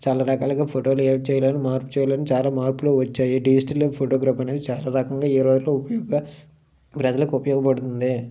చాలా రకాలుగా ఫోటోలు ఎడిట్ చేయాలని మార్పు చేయాలని చాలా మార్పులు వచ్చాయి డిజిటల్ ఫొటోగ్రాఫ్ అనేది చాలా రకంగా ఈ రోజుల్లో ఉపయోగంగా ప్రజలకు ఉపయోగపడుతుంది